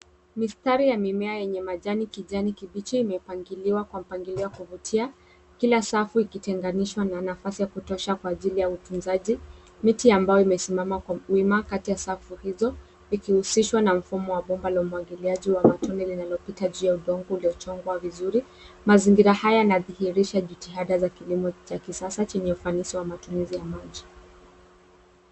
Mistari ya mimea yenye majani kijani kibichi kimepangiliwa kwa mpangilio WA kuvutia, kila safu ikitenganishwa na nafasi ya kutosha kwa ajili ya utunzaji, miti ambayo imesimama kwa wima Kati ya safu hizo likihusushwa na safu ya bomba la umwagiliaji wa matone inayopita ya udongo uliochongwa vizuri. Mazingira haya yanadhihirisha jitihadha za kilimo ya kisasa chenye ufanisi wa matumizi ya maji.